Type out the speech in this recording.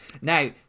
Now